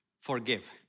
Forgive